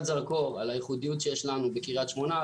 זרקור על הייחודיות שיש לנו בקריית שמונה,